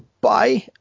Bye